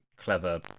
clever